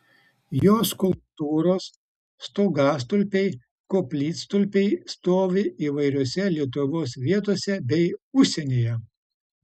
jo skulptūros stogastulpiai koplytstulpiai stovi įvairiose lietuvos vietose bei užsienyje